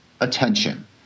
attention